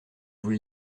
vous